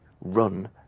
run